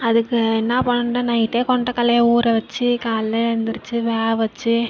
அதுக்கு என்ன பண்ணட்டும் நைட்டே கொண்ட கடல்லைய ஊற வச்சு காலைல எந்திரிச்சு வேக வச்சு